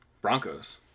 Broncos